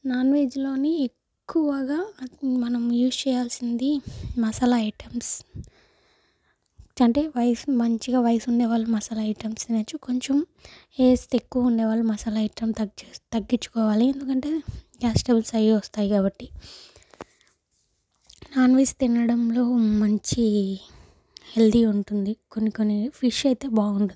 non వెజ్లోని ఎక్కువగా మనం యూస్ చేయాల్సింది మసాలా ఐటమ్స్ అంటే వయసు మంచిగా వయసు ఉండేవాళ్ళు మసాలా ఐటమ్స్ తినచ్చు కొంచెం ఏజ్ ఎక్కువ ఉండేవాళ్ళు మసలు ఐటం కట్ తగ్గించుకోవాలి ఎందుకంటే గ్యాస్ ట్రబుల్స్ అవి వస్తాయి కాబట్టి నాన్ వెజ్ తినడంలో మంచి హెల్దీ ఉంటుంది కొన్ని కొన్ని ఫిష్ అయితే బాగుంటుంది